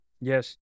Yes